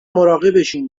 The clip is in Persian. مراقبشون